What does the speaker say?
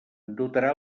dotarà